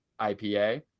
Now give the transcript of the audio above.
IPA